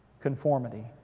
Conformity